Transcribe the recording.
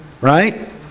right